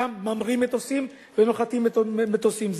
שם ממריאים מטוסים ונוחתים מטוסים.